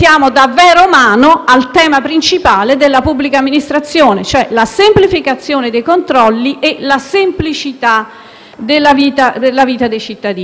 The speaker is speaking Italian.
ci atteniamo alla norma. Inoltre, signor Ministro, lei fa un po' di confusione, perché questo Nucleo della concretezza deve andare a spiegare,